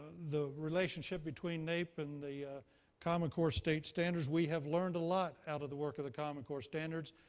the relationship between naep and the common core state standards. we have learned a lot out of the work of the common core standards.